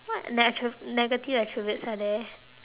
what ne~ negative attributes are there